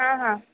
हां हां